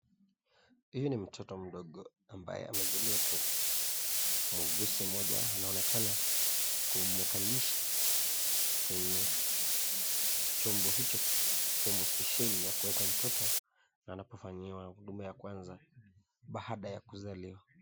Hii mtoto mdogo, ambaye amezaliwa tu. Muhuguzi moja anaonekana kumkalisha kwenye chombo hicho, chombo spesheli ya kumweka mtoto anapofanyiwa huduma ya kwanza baada ya kuzaliwa.